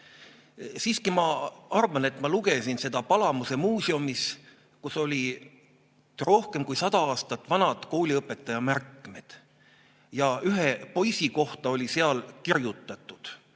Siiski ma arvan, et ma lugesin seda Palamuse muuseumis, kus oli rohkem kui 100 aastat vanad kooliõpetaja märkmed. Ja ühe poisi kohta oli seal kirjutatud: